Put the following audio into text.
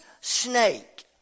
snake